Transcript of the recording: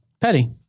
Petty